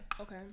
Okay